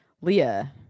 Leah